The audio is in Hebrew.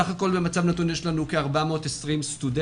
בסך הכל, במצב נתון יש לנו כ-420 סטודנטים,